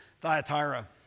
Thyatira